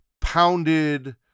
pounded